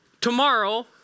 tomorrow